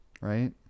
Right